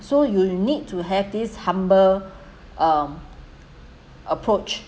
so you'll need to have this humble um approach